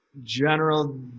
General